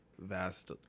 vast